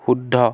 শুদ্ধ